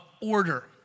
order